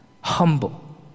humble